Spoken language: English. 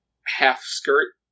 half-skirt